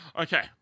Okay